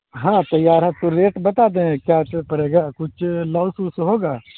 ہاں تیار ہے تو ریٹ بتا دیں کیسے پڑے گا کچھ لوس ووس ہوگا